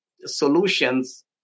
solutions